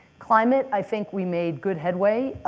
climate, i think we made good headway.